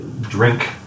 drink